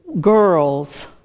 girls